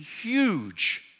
huge